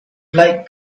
like